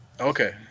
Okay